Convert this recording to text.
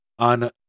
On